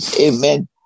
Amen